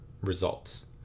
results